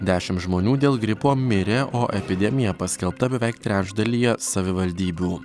dešimt žmonių dėl gripo mirė o epidemija paskelbta beveik trečdalyje savivaldybių